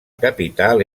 capital